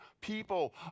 people